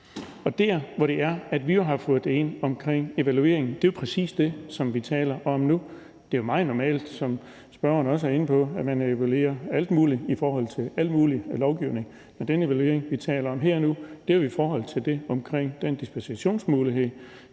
Og det, vi har fået ind omkring en evaluering, er jo præcis det, som vi taler om nu. Det er jo meget normalt, som spørgeren også er inde på, at man evaluerer alt muligt i forhold til al mulig lovgivning. Og den evaluering, vi taler om nu her, er i forhold til den dispensationsmulighed,